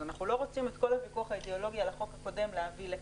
אז אנחנו לא רוצים את כל הוויכוח האידיאולוגי על החוק הקודם להביא לכאן,